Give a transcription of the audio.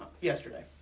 Yesterday